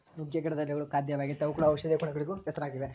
ನುಗ್ಗೆ ಗಿಡದ ಎಳೆಗಳು ಖಾದ್ಯವಾಗೆತೇ ಅವುಗಳು ಔಷದಿಯ ಗುಣಗಳಿಗೂ ಹೆಸರಾಗಿವೆ